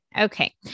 Okay